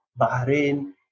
Bahrain